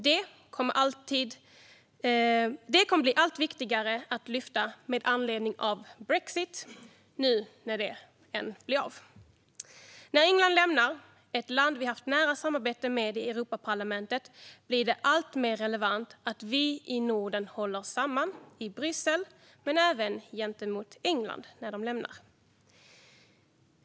Detta kommer att bli allt viktigare att lyfta fram med anledning av brexit, när det nu blir av. När England, ett land som vi har haft nära samarbete med i Europaparlamentet, lämnar EU blir det alltmer relevant att vi i Norden håller samman i Bryssel men även gentemot England.